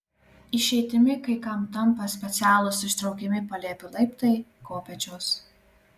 išeitimi kai kam tampa specialūs ištraukiami palėpių laiptai kopėčios